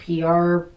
pr